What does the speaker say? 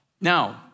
Now